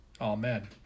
Amen